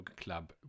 club